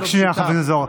רק שנייה, חבר הכנסת זוהר.